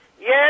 Yes